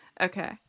Okay